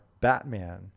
batman